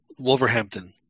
Wolverhampton